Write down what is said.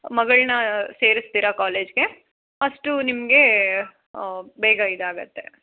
ಮಗಳನ್ನ ಸೇರಿಸ್ತೀರ ಕಾಲೇಜ್ಗೆ ಅಷ್ಟು ನಿಮಗೆ ಬೇಗ ಇದಾಗುತ್ತೆ